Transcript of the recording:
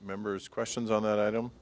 members questions on that i don't